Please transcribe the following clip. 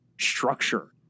structure